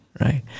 Right